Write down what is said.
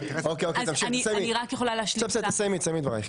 אוקיי, תסיימי את דברייך.